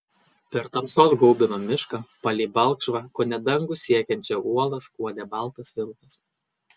per tamsos gaubiamą mišką palei balkšvą kone dangų siekiančią uolą skuodė baltas vilkas